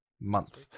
month